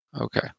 Okay